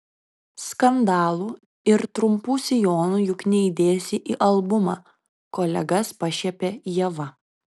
skandalų ir trumpų sijonų juk neįdėsi į albumą kolegas pašiepia ieva